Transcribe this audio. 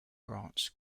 branch